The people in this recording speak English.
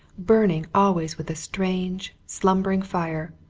burning always with a strange, slumbering fire,